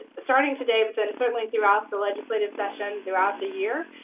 ah starting today but then certainly throughout the legislative session, throughout the year,